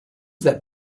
that